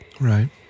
Right